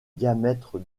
diamètre